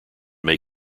may